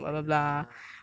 fake lah